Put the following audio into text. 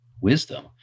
wisdom